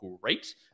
great